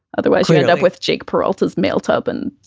otherwise, you end up with jake peralta's mail, tobin.